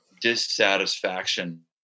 dissatisfaction